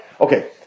okay